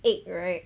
egg right